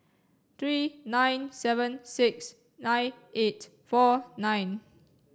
three nine seven six nine eight four nine